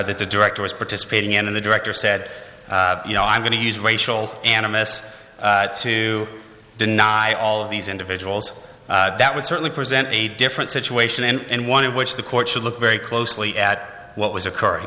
the director was participating in and the director said you know i'm going to use racial animus to deny all of these individuals that would certainly present a different situation and one in which the court should look very closely at what was